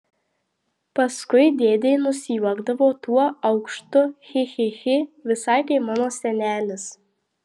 paskui dėdė nusijuokdavo tuo aukštu chi chi chi visai kaip mano senelis